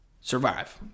survive